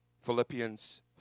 Philippians